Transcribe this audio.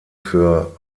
für